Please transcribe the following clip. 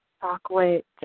chocolate